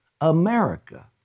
America